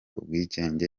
ubwigenge